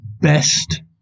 best